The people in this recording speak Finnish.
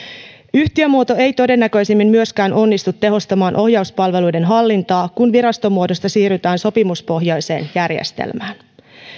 yhtiömuoto ei todennäköisimmin myöskään onnistu tehostamaan ohjauspalveluiden hallintaa kun virastomuodosta siirrytään sopimuspohjaiseen järjestelmään